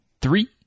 three